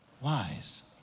Wise